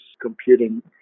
computing